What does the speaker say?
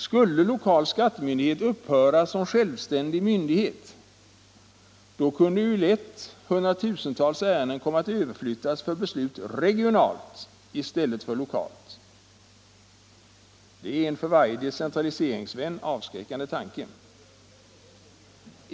Skulle lokal skattemyndighet upphöra som självständig myndighet, kunde lätt hundratusentals ärenden komma att överflyttas för beslut regionalt i stället för lokalt — en för varje decentraliseringsvän avskräckande tanke.